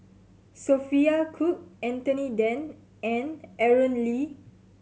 Sophia Cooke Anthony Then and Aaron Lee